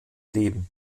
leben